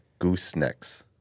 goosenecks